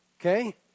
Okay